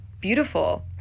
beautiful